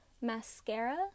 Mascara